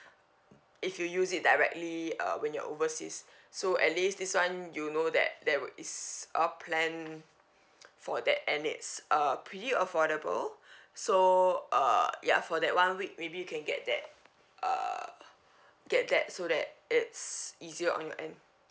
if you use it directly uh when you're overseas so at least this one you know that there would is a plan for that and it's uh pretty affordable so err ya for that one week maybe you can get that uh get that so that it's easier on your end